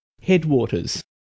Headwaters